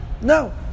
No